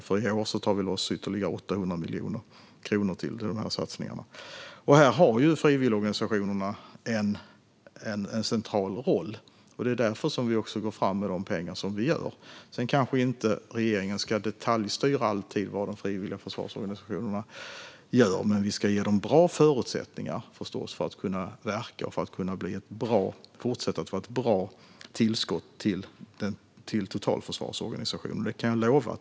I år tar vi loss ytterligare 800 miljoner kronor till de här satsningarna. Här har frivilligorganisationerna en central roll, och det är därför som vi går fram med dessa pengar. Sedan ska kanske inte regeringen alltid detaljstyra vad de frivilliga försvarsorganisationerna gör, men vi ska förstås ge dem bra förutsättningar att verka och fortsätta att vara ett bra tillskott till totalförsvarsorganisationen.